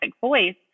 voice